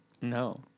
No